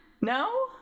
No